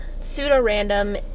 pseudo-random